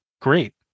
Great